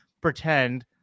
pretend